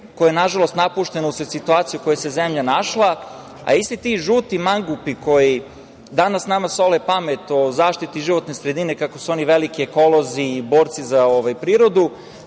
koja nažalost napuštena usled situacije u kojoj se zemlja našla, a isti ti žuti mangupi, koji danas nama sole pamet o zaštiti životne sredine, kako su oni veliki ekolozi, borci za prirodu,